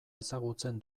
ezagutzen